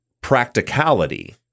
practicality